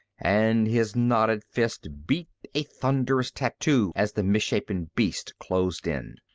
and his knotted fist beat a thunderous tattoo as the misshapen beast closed in.